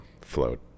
float